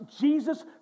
Jesus